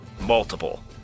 multiple